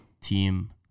team